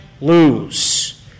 lose